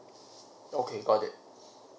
okay got it